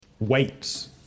weights